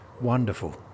Wonderful